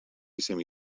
semi